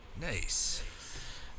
nice